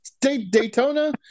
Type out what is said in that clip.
Daytona